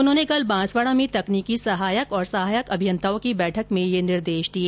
उन्होंने कल बांसवाड़ा में तकनीकी सहायक और सहायक अभियंताओं की बैठक में ये निर्देश दिए